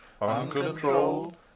uncontrolled